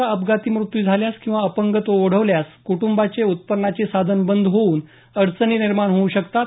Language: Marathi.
अशा अपघातात मृत्यू झाल्यास किंवा अपंगत्व ओढवल्यास क्टंबाचे उत्पन्नाचे साधन बंद होऊन अडचणी निर्माण होतात